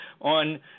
on